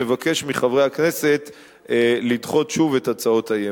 אני מבקש מחברי הכנסת לדחות שוב את הצעות האי-אמון.